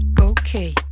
Okay